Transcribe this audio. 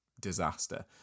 disaster